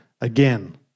again